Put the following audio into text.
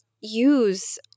use